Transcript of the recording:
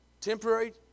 temporary